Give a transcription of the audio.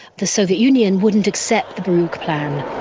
the soviet union wouldn't accept the baruch plan.